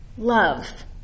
Love